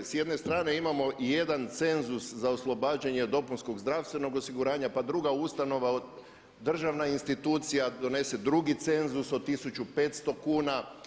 S jedne strane imamo jedan cenzus za oslobađanje dopunskog zdravstvenog osiguranja, pa druga ustanova državna institucija donese drugi cenzus od 1500 kn.